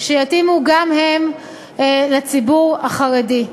שיתאימו גם הם לציבור החרדי.